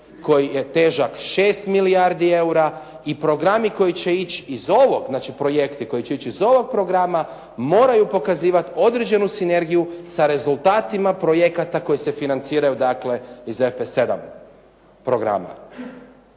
koji će ići iz ovog, znači projekti koji će ići iz ovog programa moraju pokazivati određenu sinergiju sa rezultatima projekata koji se financiraju dakle iz FP7 programa.